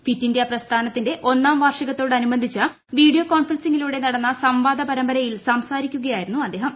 fit India പ്രസ്ഥാനത്തിന്റെ ഒന്നാം വാർഷികത്തോട് അനുബന്ധിച്ച് വീഡിയോ കോൺഫറൻസിലൂടെ നടന്ന സംവാദ പരമ്പരയിൽ സംസാരിക്കുകയായിരുന്നു അദ്ദേഹം